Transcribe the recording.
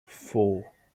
four